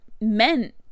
meant